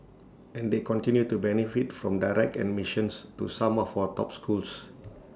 and they continue to benefit from direct admissions to some of our top schools